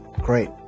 great